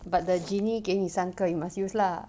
but the genie 给你三个 you must use lah